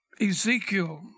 Ezekiel